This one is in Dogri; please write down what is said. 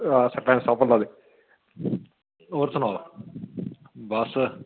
सरपंंच साहब बोल्ला दे होर सनाओ बस